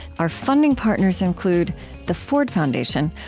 our funding partners include the ford foundation,